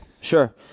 sure